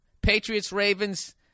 Patriots-Ravens